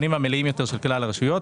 המלאים יותר של כלל הרשויות.